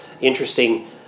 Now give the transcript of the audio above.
interesting